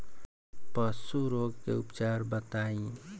पशु रोग के उपचार बताई?